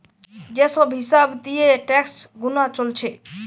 যে সব হিসাব দিয়ে ট্যাক্স গুনা চলছে